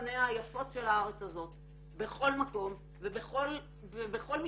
פניה היפות של הארץ הזאת בכל מקום ובכל מפגש.